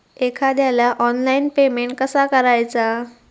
एखाद्याला online payment कसा करायचा?